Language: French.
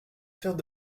faire